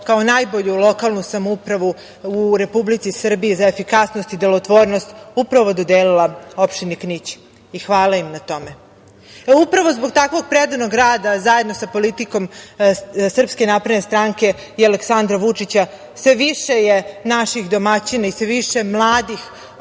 kao najbolju lokalnu samoupravu u Republici Srbiji, za efikasnost i delotvornost dodelila opštini Knić. Hvala im na tome. Upravo zbog takvog predanog rada, zajedno sa politikom SNS i Aleksandra Vučića, sve više je naših domaćina i sve više mladih